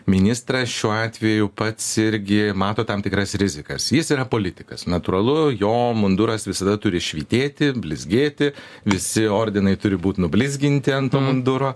ministras šiuo atveju pats irgi mato tam tikras rizikas jis yra politikas natūralu jo munduras visada turi švytėti blizgėti visi ordinai turi būt nublizginti ant to munduro